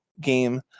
game